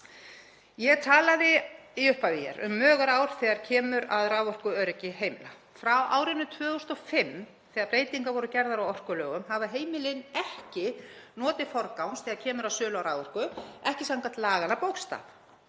Ég talaði í upphafi um mögur ár þegar kemur að raforkuöryggi heimila. Frá árinu 2005, þegar breytingar voru gerðar á orkulögum, hafa heimilin ekki notið forgangs þegar kemur að sölu á raforku, ekki samkvæmt laganna bókstaf,